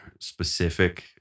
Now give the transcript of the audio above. specific